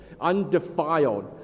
undefiled